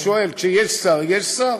אני שואל, כשיש שר, יש שר?